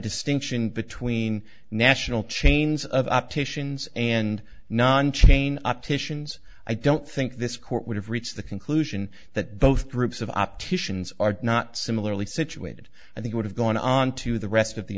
distinction between national chains of opticians and non chain opticians i don't think this court would have reached the conclusion that those groups of opticians are not similarly situated and they would have gone on to the rest of the